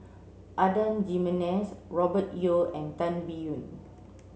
Adan Jimenez Robert Yeo and Tan Biyun